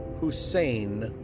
Hussein